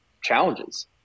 challenges